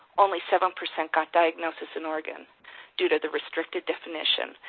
only seven percent got diagnosis in oregon due to the restricted definition.